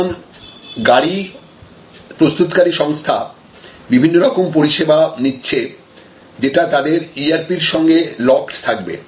একজন গাড়ি প্রস্তুতকারী সংস্থা বিভিন্ন রকম পরিষেবা নিচ্ছে যেটা তাদের ERP র সঙ্গে লকড থাকবে